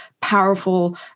powerful